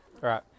Right